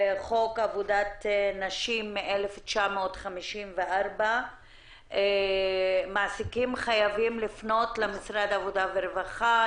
לפי חוק עבודת נשים מ-1954 מעסיקים חייבים לפנות למשרד העבודה והרווחה,